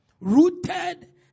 Rooted